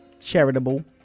charitable